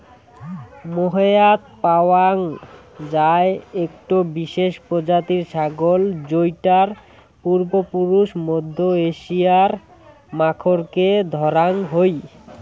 মোহেয়াৎ পাওয়াং যাই একটো বিশেষ প্রজাতির ছাগল যৌটার পূর্বপুরুষ মধ্য এশিয়ার মাখরকে ধরাং হই